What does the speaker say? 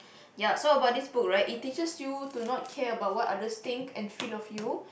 ya so about this book right it teaches you to not care about what others think and feel of you